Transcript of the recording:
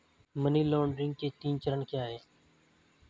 Money laundering के तीन चरण क्या हैं?